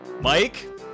Mike